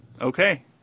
Okay